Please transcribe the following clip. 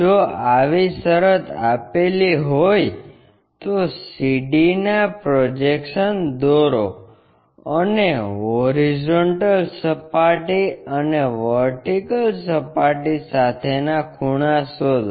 જો આવી શરત આપેલી હોય તો CD ના પ્રોજેક્શન્સ દોરો અને હોરિઝોન્ટલ સપાટી અને વર્ટીકલ સપાટી સાથેના ખૂણા શોધો